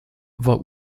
war